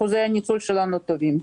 אחוזי הניצול שלנו טובים.